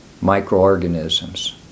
microorganisms